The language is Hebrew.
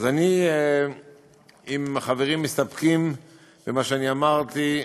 אם החברים מסתפקים במה שאמרתי,